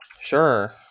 Sure